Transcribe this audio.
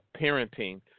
parenting